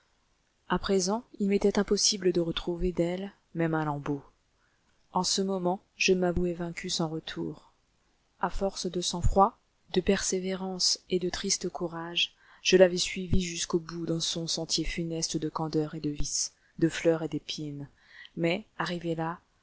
à présent il m'était impossible de retrouver d'elle même un lambeau en ce moment je m'avouai vaincu sans retour à force de sang-froid de persévérance et de triste courage je l'avais suivie jusqu'au bout dans son sentier funeste de candeur et de vices de fleurs et d'épines mais arrivé là